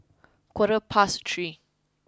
quarter past three